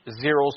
zeros